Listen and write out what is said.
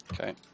Okay